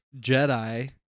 Jedi